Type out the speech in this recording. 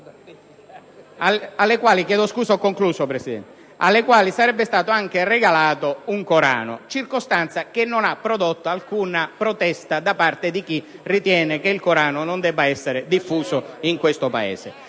alle quali sarebbe stato regalato anche un Corano, circostanza che non ha prodotto alcuna protesta da parte di chi ritiene che il Corano non debba essere diffuso in questo Paese.